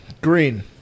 Green